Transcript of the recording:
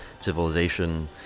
civilization